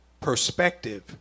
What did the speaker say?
perspective